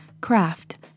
craft